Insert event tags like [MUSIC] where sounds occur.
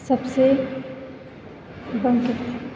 सबसे [UNINTELLIGIBLE]